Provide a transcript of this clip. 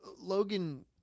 Logan